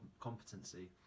competency